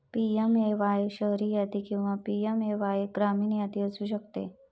PMAY शहरी यादी किंवा पी.एम.ए.वाय ग्रामीण यादी असू शकते